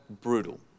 brutal